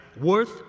worth